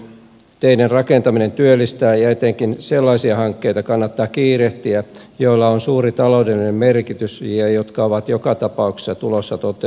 teiden rakentaminen työllistää ja etenkin sellaisia hankkeita kannattaa kiirehtiä joilla on suuri taloudellinen merkitys ja jotka ovat joka tapauksessa tulossa toteutettaviksi